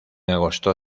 agosto